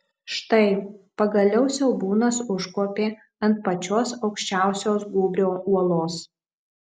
štai pagaliau siaubūnas užkopė ant pačios aukščiausios gūbrio uolos